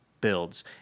builds